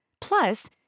plus